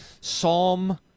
Psalm